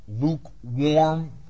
lukewarm